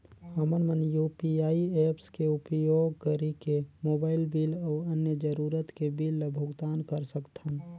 हमन मन UPI apps के उपयोग करिके मोबाइल बिल अऊ अन्य जरूरत के बिल ल भुगतान कर सकथन